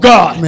God